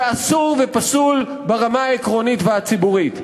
זה אסור ופסול ברמה העקרונית והציבורית.